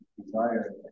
desire